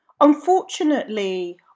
Unfortunately